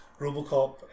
Robocop